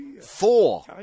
four